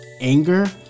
anger